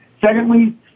Secondly